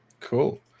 Cool